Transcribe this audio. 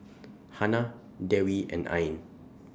Hana Dewi and Ain